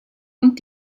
und